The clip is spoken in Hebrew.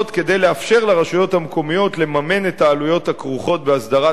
כדי לאפשר לרשויות המקומיות לעמוד בעלויות הכרוכות בהסדרת